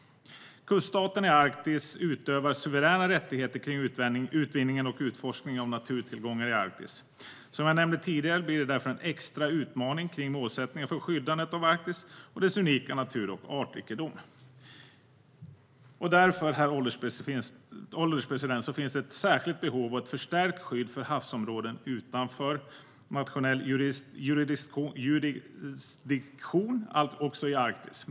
Kuststaterna i Arktis utövar suveräna rättigheter när det gäller utvinningen och utforskningen av naturtillgångar i Arktis. Som jag nämnde tidigare blir det därför en extra utmaning kring målsättningarna för skyddandet av Arktis och dess unika natur och artrikedom. Därför, herr ålderspresident, finns det ett särskilt behov av ett förstärkt skydd för havsområden utanför nationell jurisdiktion också i Arktis.